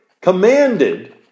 commanded